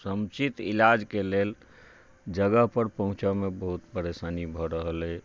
समुचित इलाजके लेल जगहपर पहुँचऽमे बहुत परेशानी भऽ रहल अछि